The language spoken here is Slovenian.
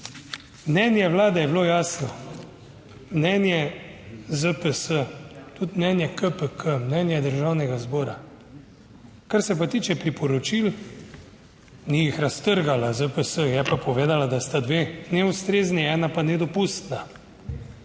Mnenje Vlade je bilo jasno. Mnenje ZPS tudi, mnenje KPK mnenje Državnega zbora. Kar se pa tiče priporočil, ni jih raztrgala ZPS, je pa povedala, da sta dve neustrezni, ena pa nedopustna.